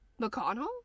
McConnell